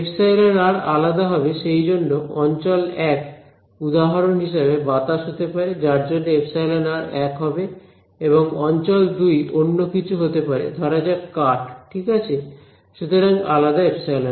ε আলাদা হবে সেই জন্য অঞ্চল 1 উদাহরণ হিসেবে বাতাস হতে পারে যার জন্য εr এক হবে এবং অঞ্চল 2 অন্য কিছু হতে পারে ধরা যাক কাঠ ঠিক আছে সুতরাং আলাদা ε